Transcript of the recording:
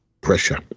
pressure